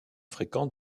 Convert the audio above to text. fréquents